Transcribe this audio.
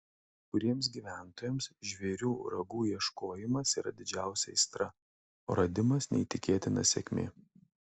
kai kuriems gyventojams žvėrių ragų ieškojimas yra didžiausia aistra o radimas neįtikėtina sėkmė